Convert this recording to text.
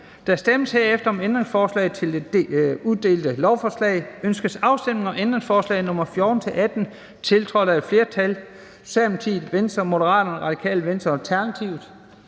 Der stemmes derefter om ændringsforslag til det udelte lovforslag. Ønskes afstemning om ændringsforslag nr. 14-18, tiltrådt af et flertal, S, V, M, RV og ALT? De er vedtaget.